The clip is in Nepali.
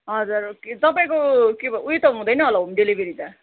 हजुर के तपाईँको के भ उयो त हुँदैन होला होम डेलिभरी त